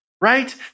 right